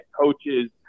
coaches